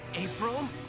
April